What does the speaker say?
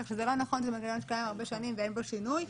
כך שזה לא נכון שזה מנגנון שקיים הרבה שנים ואין בו שינוי.